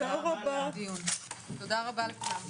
הישיבה ננעלה בשעה 10:35.